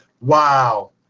wow